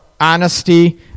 honesty